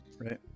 Right